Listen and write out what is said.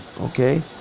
Okay